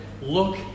Look